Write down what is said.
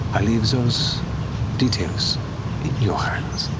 i leave those details in your hands.